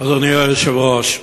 אדוני היושב-ראש,